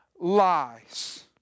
lies